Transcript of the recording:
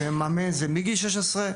ומאמן זה מגיל שש עשרה,